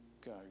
go